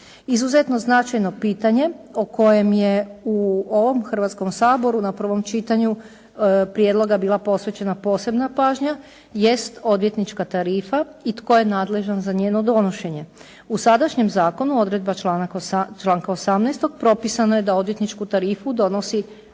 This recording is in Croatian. Izuzetno značajno pitanje o kojem je u ovom Hrvatskom saboru na prvom čitanju prijedloga bila posvećena posebna pažnja jest odvjetnička tarifa i tko je nadležan za njeno donošenje. U sadašnjem zakonu odredba članka 18. propisano je da odvjetničku tarifu donosi